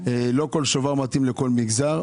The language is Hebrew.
לא כל שובר מתאים לכל מגזר,